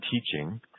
teaching